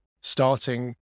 starting